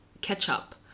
ketchup